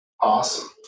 awesome